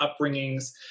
upbringings